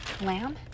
lamb